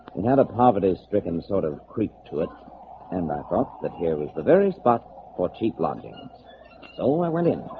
and had a poverty-stricken sort of creek to it and i thought that here was the very spot for cheap lodgings so um i went in